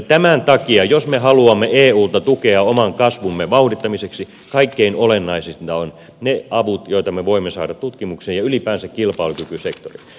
tämän takia jos me haluamme eulta tukea oman kasvumme vauhdittamiseksi kaikkein olennaisinta ovat ne avut joita me voimme saada tutkimukseen ja ylipäänsä kilpailukykysektorille